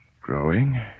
Growing